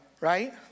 right